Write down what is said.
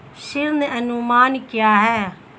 ऋण अनुमान क्या है?